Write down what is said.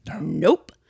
Nope